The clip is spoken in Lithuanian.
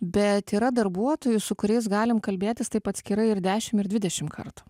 bet yra darbuotojų su kuriais galim kalbėtis taip atskirai ir dešim ir dvidešim kartų